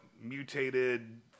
mutated